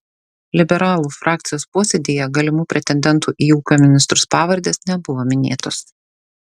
liberalų frakcijos posėdyje galimų pretendentų į ūkio ministrus pavardės nebuvo minėtos